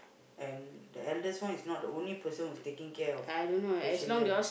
and the eldest one is not the only person who's taking care of the children